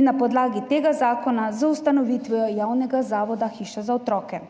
in na podlagi tega zakona z ustanovitvijo Javnega zavoda Hiša za otroke.